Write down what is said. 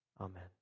Amen